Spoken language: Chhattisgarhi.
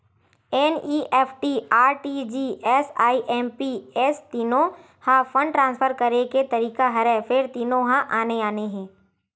एन.इ.एफ.टी, आर.टी.जी.एस, आई.एम.पी.एस तीनो ह फंड ट्रांसफर करे के तरीका हरय फेर तीनो ह आने आने हे